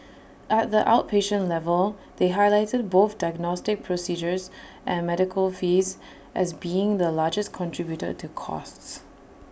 at the outpatient level they highlighted both diagnostic procedures and medical fees as being the largest contributor to costs